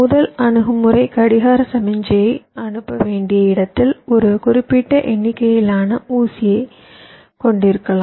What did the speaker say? முதல் அணுகுமுறை கடிகார சமிக்ஞையை அனுப்ப வேண்டிய இடத்தில் ஒரு குறிப்பிட்ட எண்ணிக்கையிலான ஊசிகளைக் கொண்டிருக்கலாம்